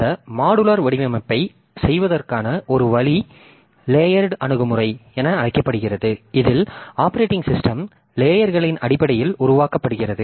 அந்த மாடுலர் வடிவமைப்பைச் செய்வதற்கான ஒரு வழி லேயர்டு அணுகுமுறை என அழைக்கப்படுகிறது இதில் ஆப்பரேட்டிங் சிஸ்டம் லேயர்களின் அடிப்படையில் உருவாக்கப்படுகிறது